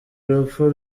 urupfu